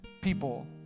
people